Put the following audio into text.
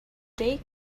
they